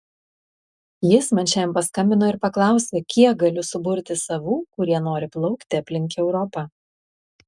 jis man šiandien paskambino ir paklausė kiek galiu suburti savų kurie nori plaukti aplink europą